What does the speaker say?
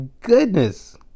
goodness